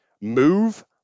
move